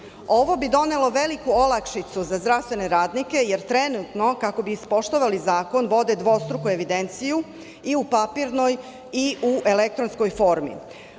Ovo bi donelo veliku olakšicu za zdravstvene radnike, jer trenutno kako bi ispoštovali zakon, vode dvostruku evidenciju i u papirnoj i u elektronskoj formi.U